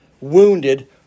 wounded